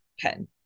pen